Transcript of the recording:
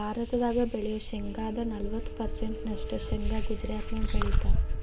ಭಾರತದಾಗ ಬೆಳಿಯೋ ಶೇಂಗಾದ ನಲವತ್ತ ಪರ್ಸೆಂಟ್ ನಷ್ಟ ಶೇಂಗಾ ಗುಜರಾತ್ನ್ಯಾಗ ಬೆಳೇತಾರ